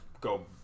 go